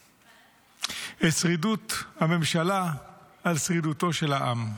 את שרידות הממשלה על שרידותו של העם.